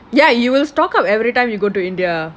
ya you will stock every time you go to india